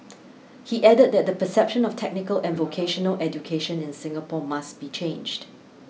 he added that the perception of technical and vocational education in Singapore must be changed